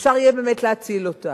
ואפשר יהיה באמת להציל אותם.